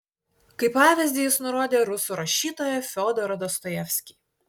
kaip pavyzdį jis nurodė rusų rašytoją fiodorą dostojevskį